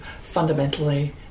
fundamentally